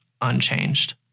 unchanged